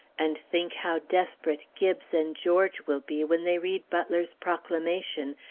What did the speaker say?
and think how desperate gibbes and george will be when they read butler's proclamation,